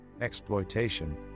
exploitation